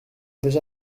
déjà